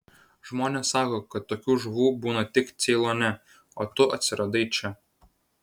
žmonės sako kad tokių žuvų būna tik ceilone o tu atsiradai čia